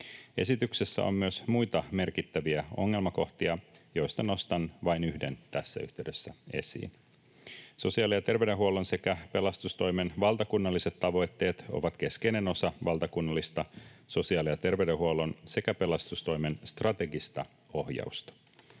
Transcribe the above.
Esityksessä ovat myös muita merkittäviä ongelmakohtia, joista nostan vain yhden tässä yhteydessä esiin. Sosiaali- ja terveydenhuollon sekä pelastustoimen valtakunnalliset tavoitteet ovat keskeinen osa valtakunnallista sosiaali- ja terveydenhuollon sekä pelastustoimen strategista ohjausta.